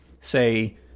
say